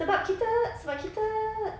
sebab kita sebab kita